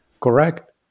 correct